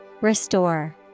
Restore